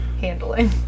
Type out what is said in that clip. handling